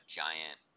giant